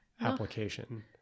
application